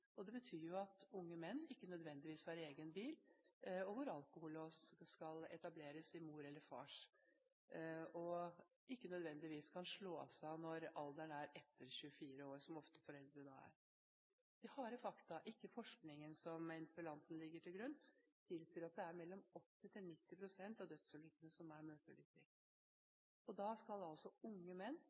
Unge menn har ikke nødvendigvis egen bil, og det betyr at alkolås skal etableres i mors eller fars bil, og den kan ikke nødvendigvis slås av når alderen er over 24 år, noe som ofte gjelder foreldrene. De harde fakta, ikke forskningen som interpellanten legger til grunn, tilsier at det er mellom 80 og 90 pst. av dødsulykkene som er møteulykker. Da skal altså unge menn